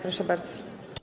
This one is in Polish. Proszę bardzo.